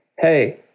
hey